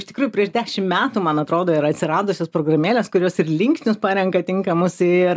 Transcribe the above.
iš tikrųjų prieš dešim metų man atrodo yra atsiradusios programėlės kurios ir linksnius parenka tinkamus ir